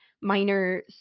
minor